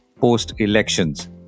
post-elections